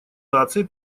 наций